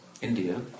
India